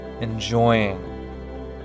enjoying